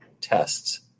tests